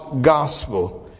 gospel